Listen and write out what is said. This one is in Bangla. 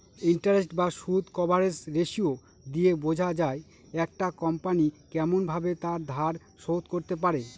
ইন্টারেস্ট বা সুদ কভারেজ রেসিও দিয়ে বোঝা যায় একটা কোম্পনি কেমন ভাবে তার ধার শোধ করতে পারে